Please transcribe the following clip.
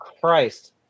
christ